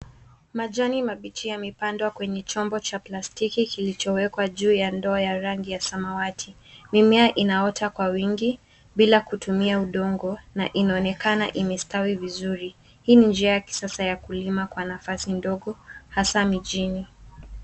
Majani mabichi yamepandwa kwenye chombo cha plastiki kilichowekwa juu ya ndoo ya rangi ya samawati. Mimea inaota kwa wingi, bila kutumia udongo, na inaonekana imestawi vizuri. Hii ni njia ya kisasa ya kulima kwenye nafasi ndogo, hasa mijini.